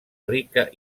rica